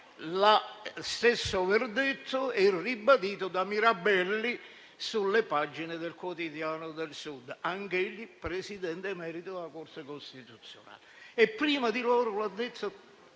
lo stesso verdetto è ribadito da Mirabelli sulle pagine de «Il Quotidiano del Sud», anch'egli Presidente emerito della Corte costituzionale. Prima di loro, l'ha detto